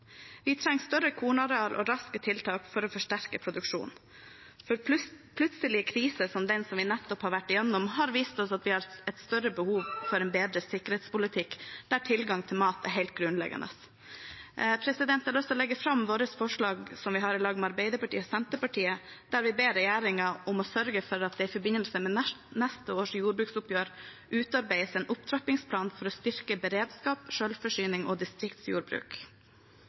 Vi trenger større kornareal og raske tiltak for å forsterke produksjonen, for plutselige kriser som den vi nettopp har vært gjennom, har vist oss at vi har et større behov for en bedre sikkerhetspolitikk, der tilgang til mat er helt grunnleggende. Jeg har lyst til å legge fram forslaget som vi har i lag med Arbeiderpartiet og Senterpartiet, der vi ber regjeringen om å sørge for at det i forbindelse med neste års jordbruksoppgjør utarbeides en opptrappingsplan for å styrke beredskap, selvforsyning og distriktsjordbruk.